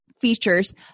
features –